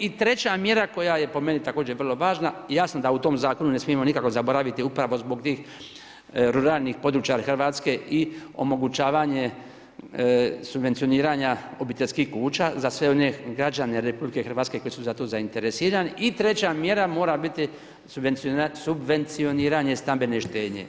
I treća mjera koja je po meni također vrlo važna jasno da u tom zakonu ne smijemo nikako zaboraviti upravo zbog tih ruralnih područja Hrvatske i omogućavanje subvencioniranja obiteljskih kuća za sve one građane RH koji su za to zainteresirani i treća mjera mora biti subvencioniranje stambene štednje.